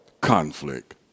conflict